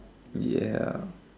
ya